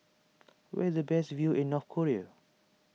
where is the best view in North Korea